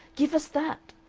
give us that